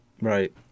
Right